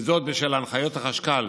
בשל הנחיות החשכ"ל